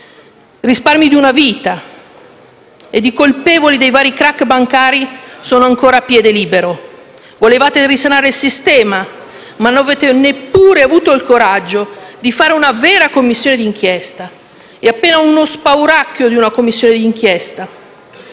risparmi di una vita, mentre i colpevoli dei vari *crack* bancari sono ancora a piede libero. Volevate risanare il sistema, ma non avete neppure avuto il coraggio di fare una vera Commissione d'inchiesta. È solo lo spauracchio di una Commissione d'inchiesta.